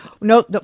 No